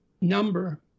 number